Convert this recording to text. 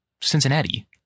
Cincinnati